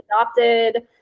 adopted